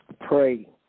pray